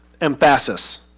emphasis